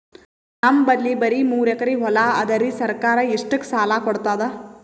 ನಮ್ ಬಲ್ಲಿ ಬರಿ ಮೂರೆಕರಿ ಹೊಲಾ ಅದರಿ, ಸರ್ಕಾರ ಇಷ್ಟಕ್ಕ ಸಾಲಾ ಕೊಡತದಾ?